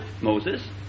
Moses